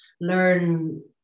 learn